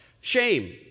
Shame